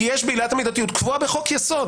כי עילת המידתיות קבועה בחוק יסוד,